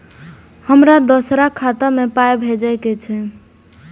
हमरा दोसराक खाता मे पाय भेजे के छै?